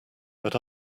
but